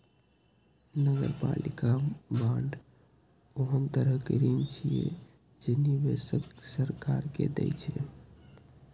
नगरपालिका बांड ओहन तरहक ऋण छियै, जे निवेशक सरकार के दै छै